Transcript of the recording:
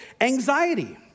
anxiety